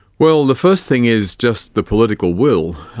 well, the first thing is just the political will.